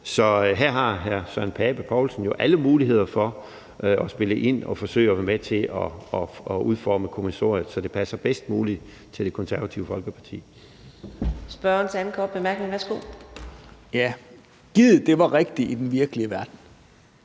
Så her har hr. Søren Pape Poulsen jo alle muligheder for at spille ind og forsøge at være med til at udforme kommissoriet, så det passer bedst muligt til Det Konservative Folkeparti. Kl. 18:01 Fjerde næstformand (Karina Adsbøl): Spørgeren med den